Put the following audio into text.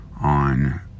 on